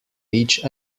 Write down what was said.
each